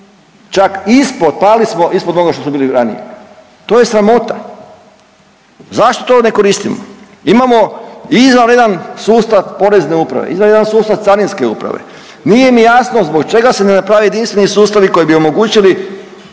čak ispod, pali smo ispod onoga što smo bili ranije, to je sramota. Zašto to ne koristimo? Imamo izvanredan sustav porezne uprave, izvanredan sustav carinske uprave. Nije mi jasno zbog čega se ne naprave jedinstveni sustavi koji bi omogućili